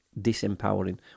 disempowering